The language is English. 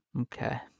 Okay